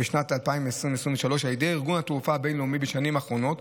בשנת 2023 על ידי ארגון התעופה הבין-לאומי בשנים האחרונות,